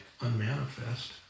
unmanifest